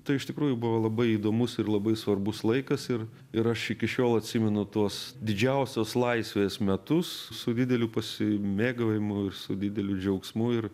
tai iš tikrųjų buvo labai įdomus ir labai svarbus laikas ir ir aš iki šiol atsimenu tuos didžiausios laisvės metus su dideliu pasimėgavimu ir su dideliu džiaugsmu ir